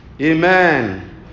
Amen